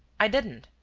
i didn't.